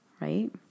right